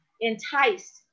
enticed